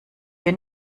wir